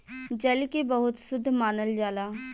जल के बहुत शुद्ध मानल जाला